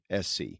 SC